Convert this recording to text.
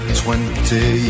twenty